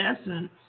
essence